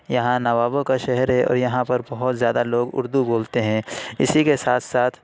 یہاں نوابوں کا شہر ہے اور یہاں پر بہت زیادہ لوگ اردو بولتے ہیں اسی کے ساتھ ساتھ